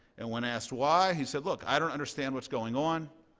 and when asked why, he said, look i don't understand what's going on.